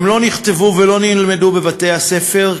הם לא נכתבו ולא נלמדו בבתי-הספר,